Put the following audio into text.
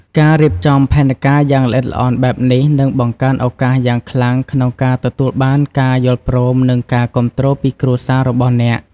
ការរៀបចំផែនការយ៉ាងល្អិតល្អន់បែបនេះ នឹងបង្កើនឱកាសយ៉ាងខ្លាំងក្នុងការទទួលបានការយល់ព្រម និងការគាំទ្រពីគ្រួសាររបស់អ្នក។